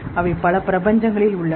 அவை பல பிரபஞ்சங்களில் உள்ளன